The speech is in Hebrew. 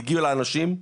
הגיעו לאנשים.